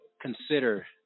consider